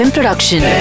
Production